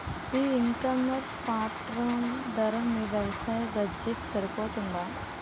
ఈ ecommerce platform ధర మీ వ్యవసాయ బడ్జెట్ సరిపోతుందా?